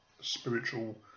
spiritual